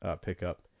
pickup